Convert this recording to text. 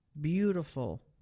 beautiful